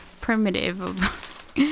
primitive